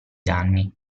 danni